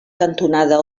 cantonada